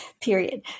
period